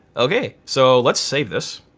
okay so let's save this.